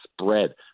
spread